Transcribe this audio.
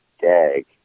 gag